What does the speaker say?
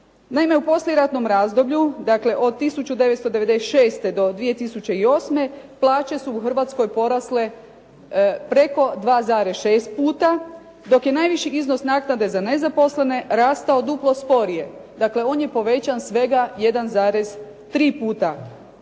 Naime, u poslijeratnom razdoblju dakle od 1996. do 2008. plaće su u Hrvatskoj porasle preko 2,6 puta, dok je najviši iznos naknade za nezaposlene rastao duplo sporije. Dakle on je povećan svega 1,3 puta,